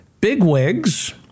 bigwigs